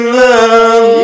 love